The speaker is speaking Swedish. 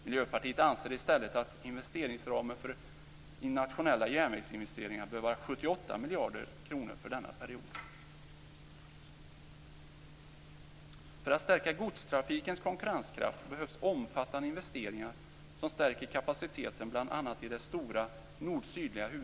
Miljöpartiet anser i stället att investeringsramen för nationella järnvägsinvesteringar bör vara 78 miljarder kronor för denna period.